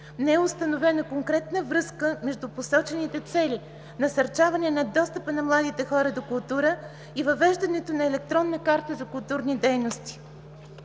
Не е установена конкретна връзка между посочените цели – насърчаване на достъпа на младите хора до култура и въвеждането на електронна карта за културни дейности.